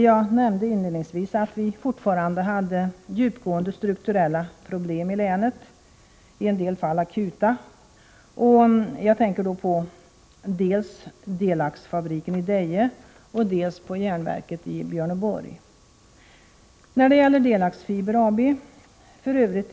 Jag nämnde inledningsvis att vi fortfarande har djupgående strukturella problem i länet — i en del fall akuta — och jag tänkter då dels på Delax-fabriken i Deje, dels på järnverket i Björneborg. Delax Fiber AB - f.ö.